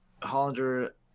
hollander